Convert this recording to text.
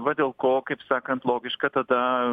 va dėl ko kaip sakant logiška tada